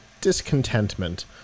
discontentment